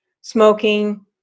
smoking